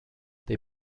they